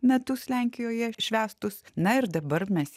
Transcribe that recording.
metus lenkijoje švęstus na ir dabar mes